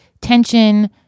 tension